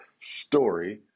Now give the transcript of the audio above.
story